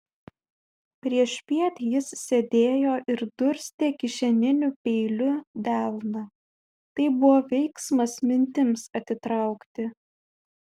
priešpiet jis sėdėjo ir durstė kišeniniu peiliu delną tai buvo veiksmas mintims atitraukti